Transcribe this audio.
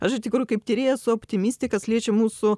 aš iš tikrųjų kaip tyrėja esu optimistė kas liečia mūsų